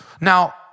Now